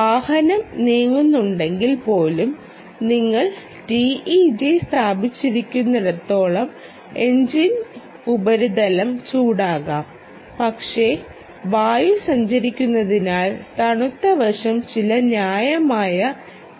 വാഹനം നീങ്ങുന്നുണ്ടെങ്കിൽ പോലും നിങ്ങൾ ടിഇജി സ്ഥാപിച്ചിരിക്കുന്നിടത്തെല്ലാം എഞ്ചിൻ ഉപരിതലം ചൂടാകാം പക്ഷേ വായു സഞ്ചരിക്കുന്നതിനാൽ തണുത്ത വശം ചില ന്യായമായ